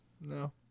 No